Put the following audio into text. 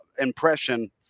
impression